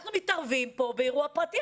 אנחנו מתערבים פה באירוע פרטי.